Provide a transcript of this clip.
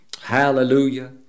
Hallelujah